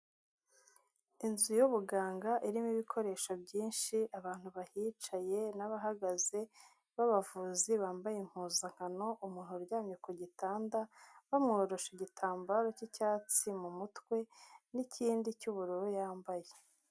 Inzu y'ubuganga irimo ibikoresho byinshi, abantu bahicaye n'abahagaze b'abavuzi bambaye impuzankano, umuntu uryamye ku gitanda bamworosha igitambaro cy'icyatsi mu mutwe n'ikindi cy'ubururu yambaye.